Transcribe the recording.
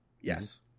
Yes